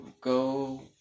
go